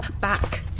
back